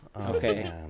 Okay